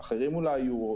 אחרים אולי היו,